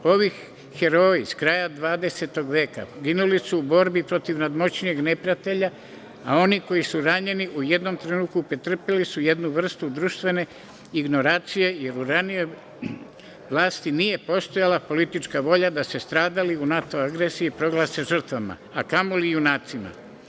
Ovi heroji s kraja dvadesetog veka ginuli su u borbi protiv nadmoćnijeg neprijatelja, a oni koji su ranjeni u jednom trenutku pretrpeli su jednu vrstu društvene ignorancije jer u ranijoj vlasti nije postojala politička volja da se stradali u NATO agresiji proglase žrtvama, a kamoli junacima.